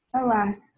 alas